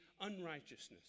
unrighteousness